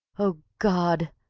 o god!